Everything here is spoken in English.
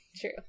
true